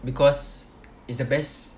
because it's the best